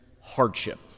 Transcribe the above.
hardship